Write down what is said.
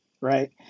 right